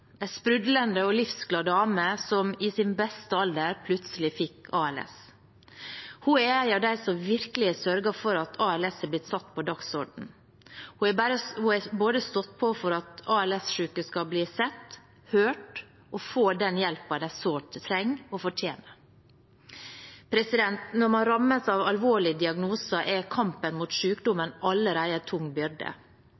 sprudlende og livsglad dame som i sin beste alder plutselig fikk ALS. Hun er en av dem som virkelig har sørget for at ALS har blitt satt på dagsordenen. Hun har stått på for at ALS-syke skal bli sett, hørt og få den hjelpen de sårt trenger og fortjener. Når man rammes av alvorlige diagnoser, er kampen mot